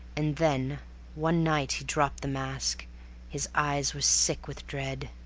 and then one night he dropped the mask his eyes were sick with dread,